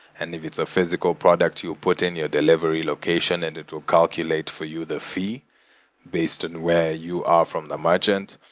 and if it's a physical product, you put in your delivery location and it will calculate for you the fee based on and where you are from the merchant.